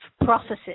processes